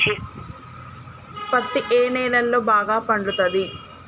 పత్తి ఏ నేలల్లో బాగా పండుతది?